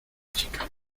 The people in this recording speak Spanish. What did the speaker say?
chica